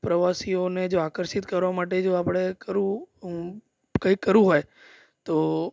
પ્રવાસીઓને જો આકર્ષિત કરવા માટે જો આપણે કરવું કંઈક કરવું હોય તો